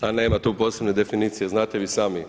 Pa nema tu posebne definicije, znate i sami.